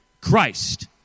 Christ